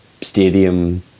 stadium